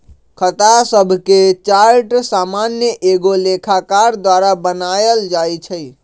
खता शभके चार्ट सामान्य एगो लेखाकार द्वारा बनायल जाइ छइ